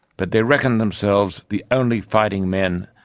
but they reckoned themselves the only fighting-men,